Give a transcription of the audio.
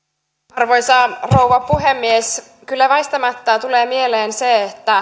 arvoisa rouva puhemies kyllä väistämättä tulee mieleen se että